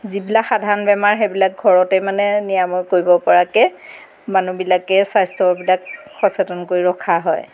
যিবিলাক সাধাৰণ বেমাৰ সেইবিলাক ঘৰতে মানে নিৰাময় কৰিব পৰাকৈ মানুহবিলাকে স্বাস্থ্যবিলাক সচেতন কৰি ৰখা হয়